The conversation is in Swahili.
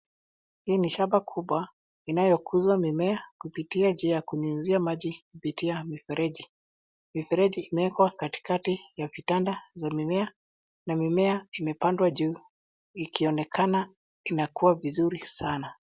Hii ni shamba kubwa inayokuzwa mimea kupitia njia ya kunyunyizia maji kupitia mifereji. Miferiji imewekwa katikati ya vitanda vya mimea na mimea imepandwa juu ikionekana inakuwa vizuri sana.